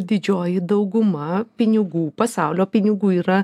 didžioji dauguma pinigų pasaulio pinigų yra